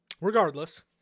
regardless